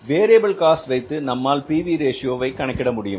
variable cost வைத்து நம்மால் P V ratio PV Ratio கணக்கிட முடியும்